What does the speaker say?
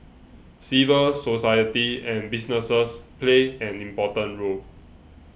civil society and businesses play an important role